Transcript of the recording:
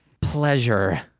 pleasure